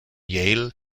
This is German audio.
yale